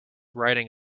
writing